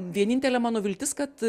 vienintelė mano viltis kad